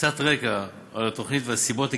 קצת רקע על התוכנית והסיבות לקידומה,